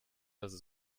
das